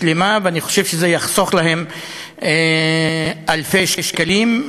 ואני חושב שזה יחסוך להם אלפי שקלים.